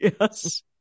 Yes